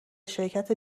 شرکت